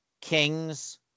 kings